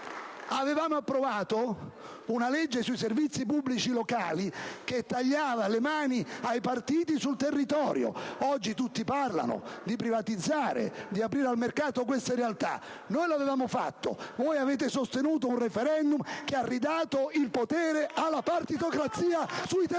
Avevamo approvato anche una legge sui servizi pubblici locali che tagliava le mani ai partiti sul territorio; oggi tutti parlano di privatizzare, di aprire al mercato queste realtà. Noi lo avevamo fatto e voi avete sostenuto un *referendum* che ha ridato il potere alla partitocrazia sui territori!